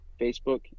Facebook